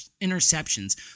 interceptions